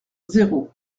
zéro